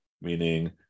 meaning